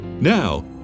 Now